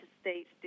States